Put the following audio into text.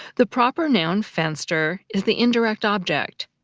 the proper noun fenster is the indirect object,